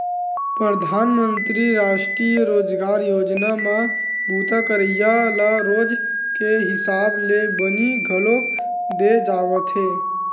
परधानमंतरी रास्टीय रोजगार योजना म बूता करइया ल रोज के हिसाब ले बनी घलोक दे जावथे